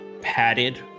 padded